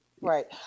Right